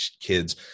kids